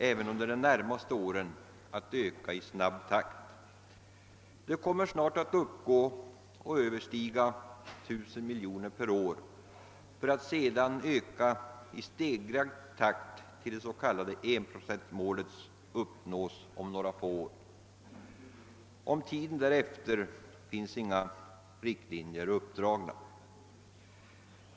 även under de närmaste åren att öka i snabb takt. Det kommer snart att uppgå till och överstiga 1 000 miljoner kronor per år för att sedan öka i stegrad takt tills det s.k. enprocentsmålet uppnås om några få år. För tiden därefter finns inga riktlinjer uppdragna.